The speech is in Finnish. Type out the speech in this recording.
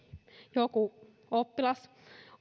joku oppilas